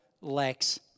lacks